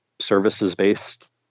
services-based